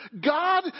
God